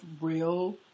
real